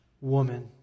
woman